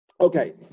Okay